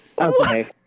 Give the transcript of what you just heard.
Okay